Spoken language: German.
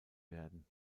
werden